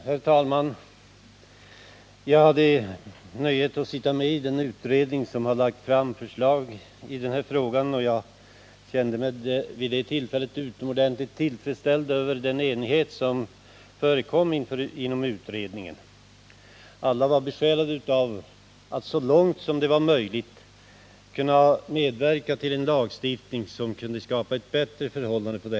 Herr talman! Jag hade nöjet att vara med i den utredning som har lagt fram förslag i den här frågan, och jag kände mig utomordentligt tillfredsställd över den enighet som rådde i utredningen. Alla var besjälade av en vilja att så långt som det var möjligt medverka till en lagstiftning som kunde skapa bättre förhållanden.